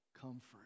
comfort